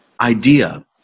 idea